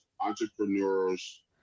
entrepreneurs